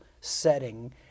setting